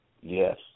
yes